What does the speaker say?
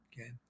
Okay